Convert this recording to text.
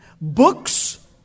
Books